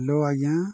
hello ଆଜ୍ଞା